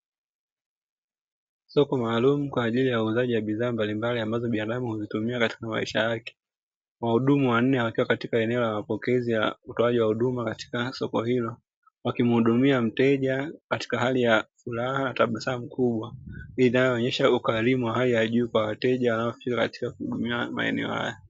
Soko maalumu kwa ajili ya uuzaji wa bidhaa mbalimbali ambazo binadamu huzitumia katika maisha yake. Wahudumu wanne wakiwa katika eneo la mapokezi la utoaji wa huduma katika soko hilo, wakimhudumia mteja katika hali ya furaha na tabasamu kubwa. Bidhaa inaonyesha ukarimu wa hali ya juu kwa wateja waliofika katika kuhudumiwa katika maeneo haya.